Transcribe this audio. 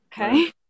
Okay